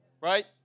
right